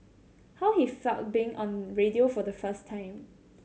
how he felt being on radio for the first time